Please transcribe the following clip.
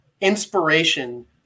inspiration